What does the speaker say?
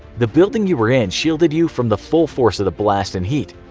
the building you were in shielded you from the full force of the blast and heat.